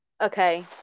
Okay